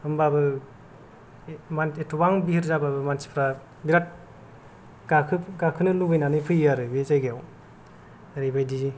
होमबाबो एथबां बिहिर जाबाबो मानसिफ्रा बिराद गाखोनो लुबैनानै फैयो आरो बे जायगाआव ओरैबादि